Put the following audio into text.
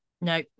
No